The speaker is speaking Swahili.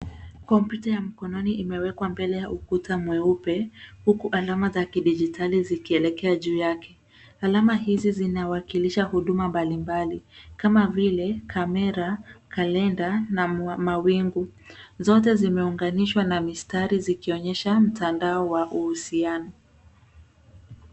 Kompyuta ya mkononi imewekwa mbele ya ukuta mweupe huku alama za kidijitali zikielekea juu yake. Alama hizi zinawakilisha huduma mbalimbali kama vile kamera, kalenda na mawingu. Zote zimeunganishwa na mistari, zikionyesha mtandao wa uhusiano.